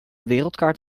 wereldkaart